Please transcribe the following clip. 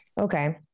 Okay